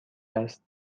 است